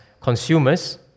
consumers